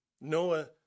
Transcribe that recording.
Noah